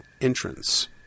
entrance